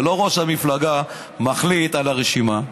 לא ראש המפלגה מחליט על הרשימה,